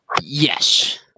yes